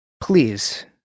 Please